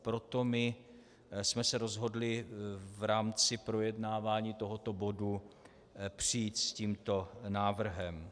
Proto jsme se rozhodli v rámci projednávání tohoto bodu přijít s tímto návrhem.